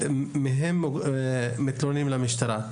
מתלוננים למשטרה.